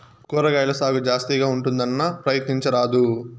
కూరగాయల సాగు జాస్తిగా ఉంటుందన్నా, ప్రయత్నించరాదూ